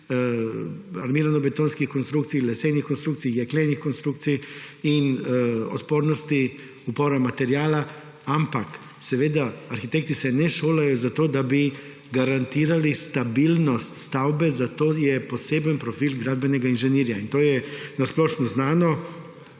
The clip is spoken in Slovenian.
armiranobetonskih konstrukcij, lesenih konstrukcij, jeklenih konstrukcij in odpornosti, upora materiala, ampak, seveda, arhitekti se ne šolajo zato, da bi garantirali stabilnost stavbe, za to je poseben profil gradbenega inženirja, in to je splošno znano.